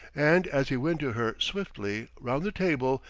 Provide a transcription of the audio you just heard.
and as he went to her swiftly, round the table,